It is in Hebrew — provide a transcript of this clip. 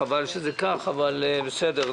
חבל שזה כך אבל בסדר,